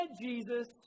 Jesus